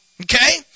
Okay